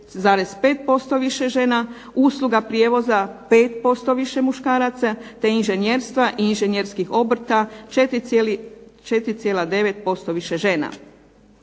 6,5% više žena, usluga prijevoza 5% više muškaraca, te inženjerstva i inženjerskih obrta 4,9% više žena.